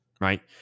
right